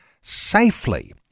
safely